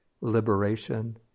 liberation